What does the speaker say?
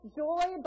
joy